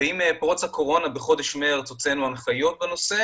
עם פרוץ הקורונה בחודש מרס הוצאנו הנחיות בנושא